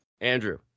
Andrew